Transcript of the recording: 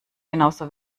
genauso